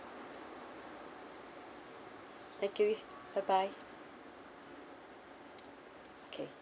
thank you bye bye okay